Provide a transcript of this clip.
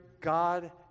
God